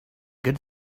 good